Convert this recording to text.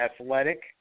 athletic